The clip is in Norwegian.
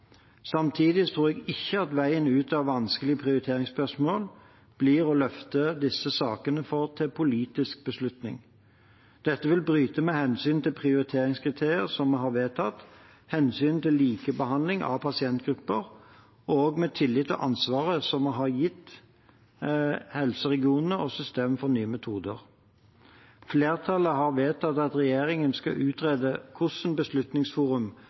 Samtidig tror jeg ikke at veien ut av vanskelige prioriteringsspørsmål blir å løfte disse sakene til politisk beslutning. Dette vil bryte med hensynet til prioriteringskriterier som vi har vedtatt, hensynet til likebehandling av pasientgrupper og også med tilliten og ansvaret som vi har gitt helseregionene og systemet for nye metoder. Flertallet har vedtatt at regjeringen skal utrede hvordan Beslutningsforum